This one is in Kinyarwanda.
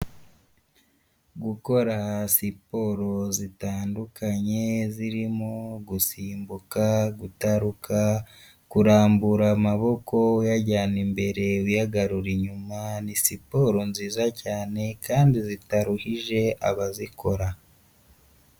Gukora siporo zitandukanye zirimo gusimbuka, gutaruka, kurambura amaboko uyajyana imbere uyagarura inyuma ni siporo nziza cyane kandi zitaruhije abazikora.